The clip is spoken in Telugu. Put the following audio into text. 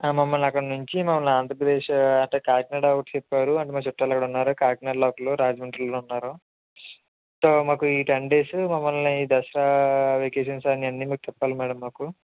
మమ్మల్ని అక్కడ నుంచి మమ్మల్ని ఆంధ్రప్రదేశ అంటే కాకినాడ ఒకటి చెప్పారు అండ్ మా చుట్టాలు అక్కడున్నారు కాకినాడలో ఒకళ్ళు రాజమండ్రిలో ఉన్నారు అంటే మాకు ఈ టెన్ డేసు మమల్ని ఈ దసరా వెకేషన్ అన్ని మీకు తిప్పాలి మేడం మాకు